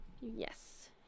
Yes